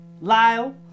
Lyle